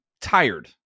tired